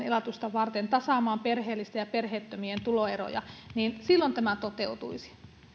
elatusta varten ja tasaamaan perheellisten ja perheettömien tuloeroja silloin tämä toteutuisi